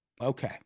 Okay